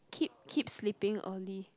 keep keep sleeping only